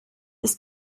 ist